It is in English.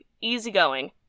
easygoing